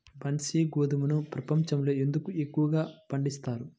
బన్సీ గోధుమను ప్రపంచంలో ఎందుకు ఎక్కువగా పండిస్తారు?